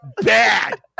Bad